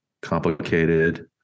complicated